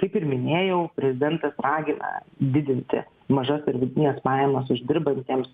kaip ir minėjau prezidentas ragina didinti mažas ar vidutines pajamas uždirbantiems